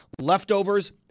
leftovers